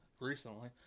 Recently